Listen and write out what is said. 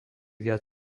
viac